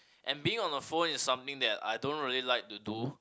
and being on the phone is something that I don't really like to do